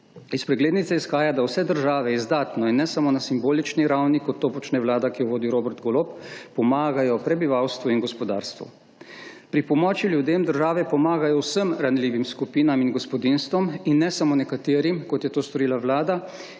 Iz preglednice izhaja, da vse države izdatno in ne samo na simbolični ravni, kot to počne vlada, ki jo vodi Robert Golob, pomagajo prebivalstvu in gospodarstvu. Pri pomoči ljudem države pomagajo vsem ranljivim skupinam in gospodinjstvom in ne samo nekaterim, kot je to storila vlada,